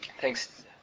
Thanks